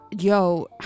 yo